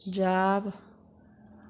जाब